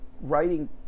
writing